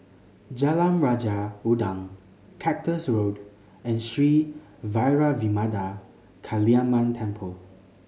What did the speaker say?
Jalan Raja Udang Cactus Road and Sri Vairavimada Kaliamman Temple